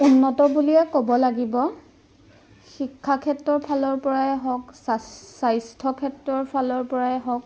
উন্নত বুলিয়ে ক'ব লাগিব শিক্ষাক্ষেত্ৰৰ ফালৰ পৰাই হওক চা স্বাস্থ্য ক্ষেত্ৰৰ ফালৰ পৰাই হওক